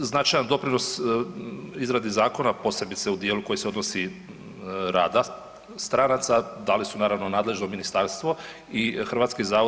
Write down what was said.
Značajan doprinos izradi zakona, posebice u dijelu koji se odnosi rada stranaca dali su naravno nadležno ministarstvo i HZZ.